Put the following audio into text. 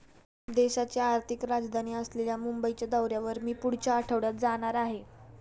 देशाची आर्थिक राजधानी असलेल्या मुंबईच्या दौऱ्यावर मी पुढच्या आठवड्यात जाणार आहे